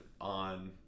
on